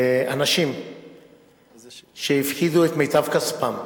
אנשים שהפקידו את מיטב כספם,